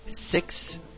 six